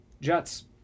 Jets